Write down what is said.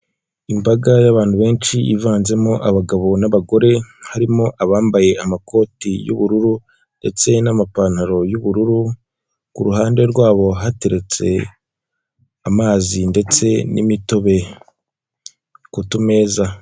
Imbaga y'abantu benshi ivanzemo abagabo n'abagore, harimo abambaye amakoti y'ubururu ndetse n'amapantaro y'ubururu; ku ruhande rwabo hateretse amazi ndetse n'imitobe ku tumeza.